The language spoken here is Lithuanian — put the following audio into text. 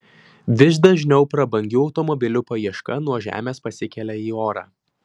vis dažniau prabangių automobilių paieška nuo žemės pasikelia į orą